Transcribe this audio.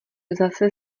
zase